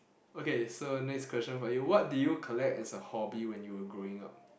okay so next question for you what did you collect as a hobby when you were growing up